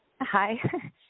Hi